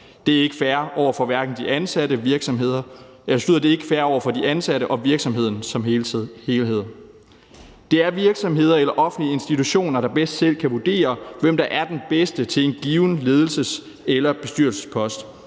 Det er ikke fair over for de ansatte og virksomheden som helhed. Det er virksomhederne eller de offentlige institutioner, der bedst selv kan vurdere, hvem der er den bedste til en given ledelses- eller bestyrelsespost.